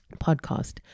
podcast